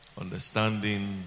Understanding